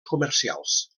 comercials